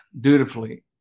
dutifully